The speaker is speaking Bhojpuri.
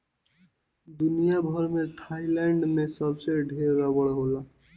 दुनिया भर में थाईलैंड में सबसे ढेर रबड़ होला